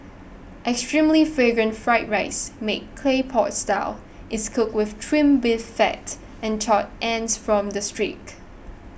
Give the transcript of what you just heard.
extremely Fragrant Fried Rice made Clay Pot Style is cooked with Trimmed Beef Fat and charred ends from the